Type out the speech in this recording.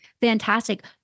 fantastic